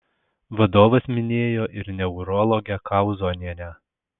vadovas minėjo ir neurologę kauzonienę